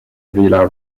villa